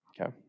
Okay